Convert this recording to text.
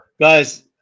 Guys